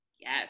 Yes